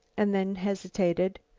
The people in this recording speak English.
and then hesitated.